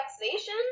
relaxation